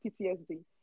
PTSD